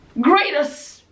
greatest